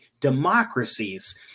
democracies